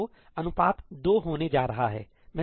तो अनुपात दो होने जा रहा है